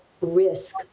risk